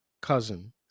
cousin